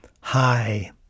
Hi